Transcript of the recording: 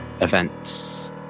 events